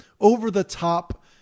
over-the-top